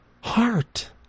heart